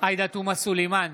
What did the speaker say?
עאידה תומא סלימאן,